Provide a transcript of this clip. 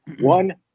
one